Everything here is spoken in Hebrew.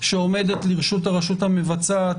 שעומדת לרשות הרשות המבצעת